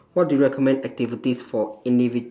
what do you recommend activities for individ~